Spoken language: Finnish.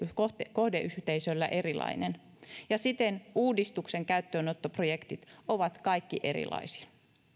kohdeyhteisöllä erilainen ja siten uudistuksen käyttöönottoprojektit ovat kaikki erilaisia